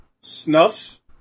Snuff